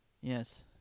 Yes